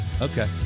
Okay